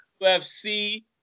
UFC